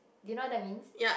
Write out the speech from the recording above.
did know that means